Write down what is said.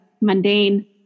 mundane